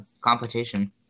Competition